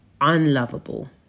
unlovable